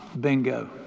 Bingo